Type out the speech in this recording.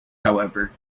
however